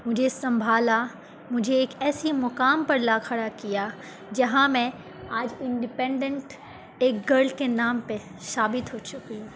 مجھے سنبھالا مجھے ایک ایسی مقام پر لا کھڑا کیا جہاں میں آج انڈپینڈنٹ ایک گرل کے نام پہ ثابت ہو چکی ہوں